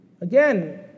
Again